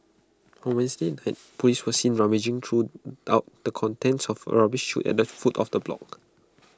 on Wednesday night Police were seen rummaging through the contents of A rubbish chute at the foot of the block